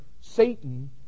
Satan